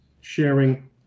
sharing